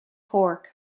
torque